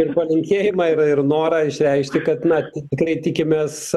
ir palinkėjimą ir ir norą išreikšti kad na tikrai tikimės